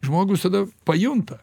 žmogus tada pajunta